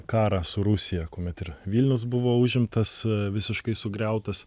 karą su rusija kuomet ir vilnius buvo užimtas visiškai sugriautas